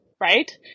right